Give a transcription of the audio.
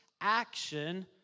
action